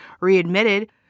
readmitted